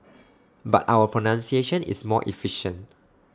but our pronunciation is more efficient